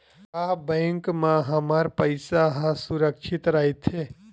का बैंक म हमर पईसा ह सुरक्षित राइथे?